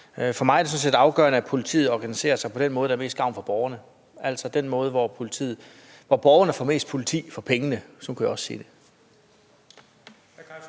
For mig er det sådan set afgørende, at politiet organiserer sig på den måde, der er mest til gavn for borgerne, altså den måde, hvor borgerne får mest politi for pengene, sådan kunne jeg også sige det.